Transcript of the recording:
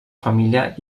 família